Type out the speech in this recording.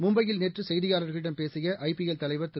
மும்பையில் நேற்றுசெய்தியாளர்களிடம் பேசியஐபிஎல் தலைவர் திரு